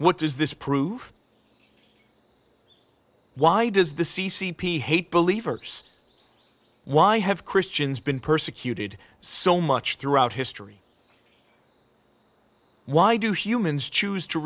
what does this prove why does the c c p hate believe us why have christians been persecuted so much throughout history why do humans choose to